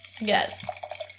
Yes